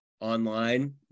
online